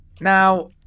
Now